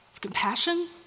compassion